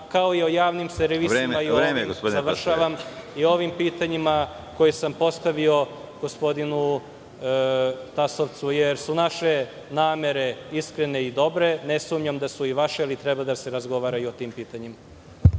Pastor.)Završavam, o ovim pitanjima koje sam postavio gospodinu Tasovcu, jer su naše namere iskrene i dobre, ne sumnjam da su i vaše, ali treba dase razgovara i o tim pitanjima.